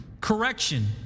correction